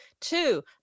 Two